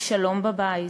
ושלום בבית,